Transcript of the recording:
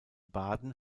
baden